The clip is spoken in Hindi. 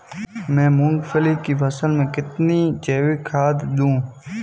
मैं मूंगफली की फसल में कितनी जैविक खाद दूं?